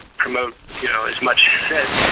promote you know as much